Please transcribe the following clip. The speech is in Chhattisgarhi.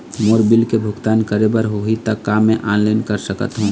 मोर बिल के भुगतान करे बर होही ता का मैं ऑनलाइन कर सकथों?